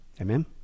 Amen